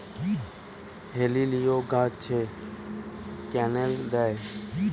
হেলিলিও গাছে ক্যানেল দেয়?